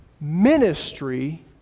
ministry